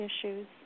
issues